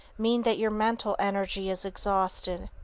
mean that your mental energy is exhausted?